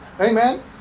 Amen